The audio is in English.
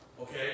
okay